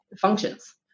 functions